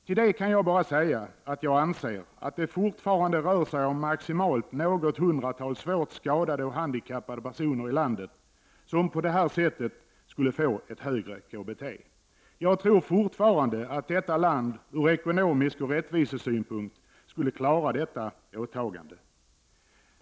Till det kan jag bara säga att jag anser att det fortfarande rör sig om maximalt något hundratal svårt skadade och handikappade personer i landet som på det här sättet skulle få ett högre KBT. Jag tror fortfarande att detta land ur ekonomisk och rättvisesynpunkt skulle klara detta åtagande.